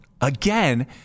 again